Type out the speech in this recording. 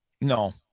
No